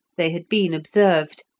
they had been observed,